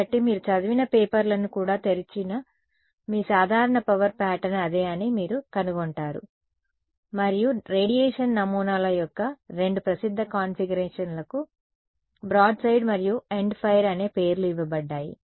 కాబట్టి మీరు చదివిన పేపర్లను కూడా తెరిచిన మీ సాధారణ పవర్ ప్యాటర్న్ అదే అని మీరు కనుగొంటారు మరియు రేడియేషన్ నమూనాల యొక్క రెండు ప్రసిద్ధ కాన్ఫిగరేషన్లకు బ్రాడ్సైడ్ మరియు ఎండ్ఫైర్ అనే పేర్లు ఇవ్వబడ్డాయి